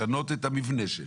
לשנות את המבנה שלי.